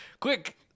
Quick